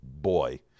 boy